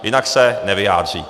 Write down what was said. Jinak se nevyjádří.